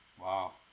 Wow